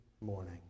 morning